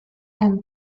and